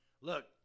look